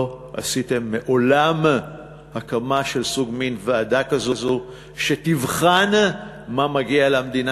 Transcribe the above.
לא הקמתם מעולם סוג כזה של ועדה שתבחן מה מגיע למדינה,